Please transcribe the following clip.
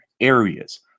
areas